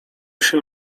się